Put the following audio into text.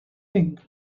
thing